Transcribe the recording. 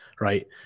right